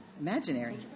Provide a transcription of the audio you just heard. Imaginary